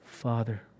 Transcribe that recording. Father